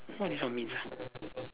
what this one means ah